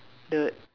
the